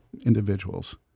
individuals